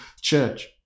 church